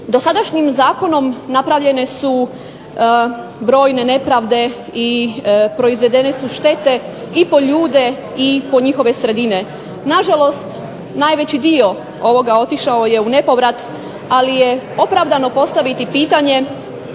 dosadašnjim zakonom napravljene su brojne nepravde i proizvedene su štete i po ljude i po njihove sredine. Na žalost najveći dio ovoga otišao je u nepovrat ali je opravdano postaviti pitanje